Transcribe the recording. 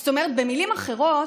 זאת אומרת, במילים אחרות,